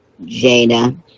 Jada